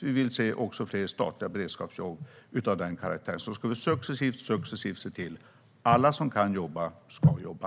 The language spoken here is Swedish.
Vi vill också se fler statliga beredskapsjobb, och så ska vi successivt se till att alla som kan jobba ska jobba.